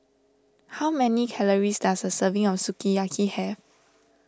how many calories does a serving of Sukiyaki have